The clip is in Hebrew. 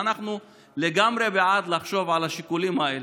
אנחנו לגמרי בעד לחשוב על השיקולים האלה,